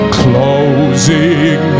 closing